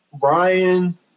Brian